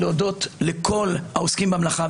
אני רוצה בהזדמנות הזאת להודות לכל העוסקים במלאכה,